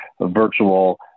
virtual